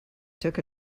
took